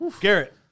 Garrett